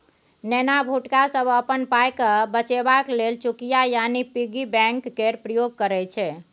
नेना भुटका सब अपन पाइकेँ बचेबाक लेल चुकिया यानी पिग्गी बैंक केर प्रयोग करय छै